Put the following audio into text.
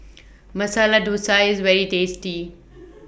Masala Thosai IS very tasty